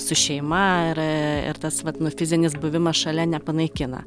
su šeima ir ir tas vat nu fizinis buvimas šalia nepanaikina